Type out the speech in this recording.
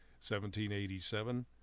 1787